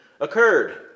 occurred